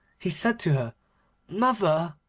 he said to her mother,